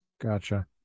Gotcha